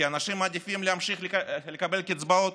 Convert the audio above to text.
כי אנשים מעדיפים להמשיך לקבל קצבאות.